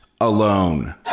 alone